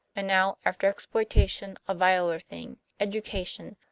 and now, after exploitation, a viler thing, education!